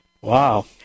Wow